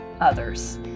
others